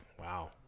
Wow